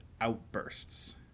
outbursts